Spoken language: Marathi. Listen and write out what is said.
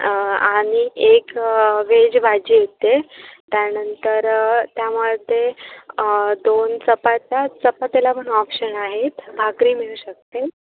आणि एक व्हेज भाजी येते त्यानंतर त्यामध्ये दोन चपात्या चपातीला पण ऑप्शन आहेत भाकरी मिळू शकते